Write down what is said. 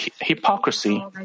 hypocrisy